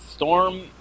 Storm